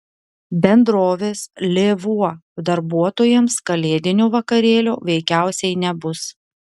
bendrovės lėvuo darbuotojams kalėdinio vakarėlio veikiausiai nebus